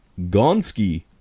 Gonski